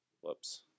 whoops